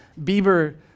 Bieber